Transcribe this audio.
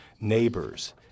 neighbors